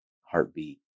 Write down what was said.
heartbeat